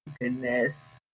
Goodness